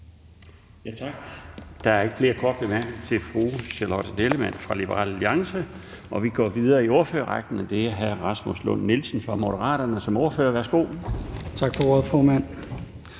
Tak. Der er ikke flere korte bemærkninger til fru Charlotte Nellemann fra Liberal Alliance. Vi går videre i ordførerrækken, og det er hr. Rasmus Lund-Nielsen fra Moderaterne som ordfører. Værsgo. Kl. 15:56 (Ordfører)